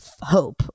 hope